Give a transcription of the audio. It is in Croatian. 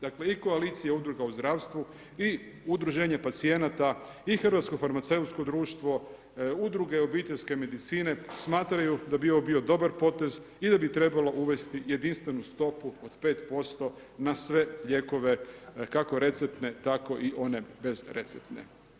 Dakle i koalicija udruga u zdravstvu i udruženje pacijenata i hrvatsko farmaceutsko društvo, udruge obiteljske medicine smatraju da bi ovo bio dobar potez i da bi trebalo uvesti jedinstvenu stopu od 5% na sve lijekove, kako receptne tako i one bez receptne.